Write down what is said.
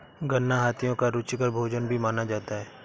गन्ना हाथियों का रुचिकर भोजन भी माना जाता है